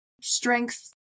strength